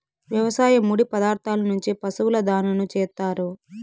వ్యవసాయ ముడి పదార్థాల నుంచి పశువుల దాణాను చేత్తారు